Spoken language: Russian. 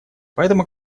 поэтому